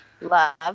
Love